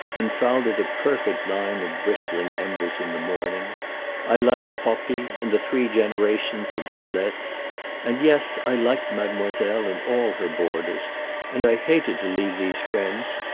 and found it a perfect line of bristling embers in the morning i liked poppi and the three generations of boulettes and, yes, i liked mademoiselle and all her boarders and i hated to leave these friends.